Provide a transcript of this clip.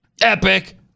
Epic